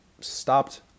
stopped